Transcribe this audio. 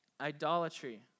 idolatry